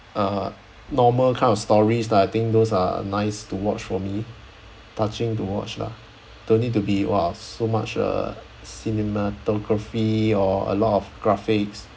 uh normal kind of stories lah I think those are nice to watch for me touching to watch lah don't need to be !wah! so much uh cinematography or a lot of graphics